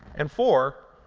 and four,